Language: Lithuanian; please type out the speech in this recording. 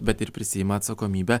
bet ir prisiima atsakomybę